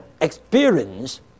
experience